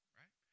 right